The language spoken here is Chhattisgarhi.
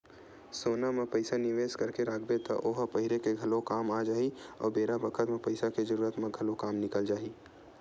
सोना म पइसा निवेस करके राखबे त ओ ह पहिरे के घलो काम आ जाही अउ बेरा बखत म पइसा के जरूरत म घलो काम निकल जाही